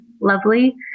lovely